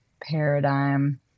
Paradigm